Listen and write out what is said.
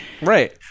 Right